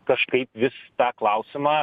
kažkaip vis tą klausimą